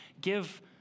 give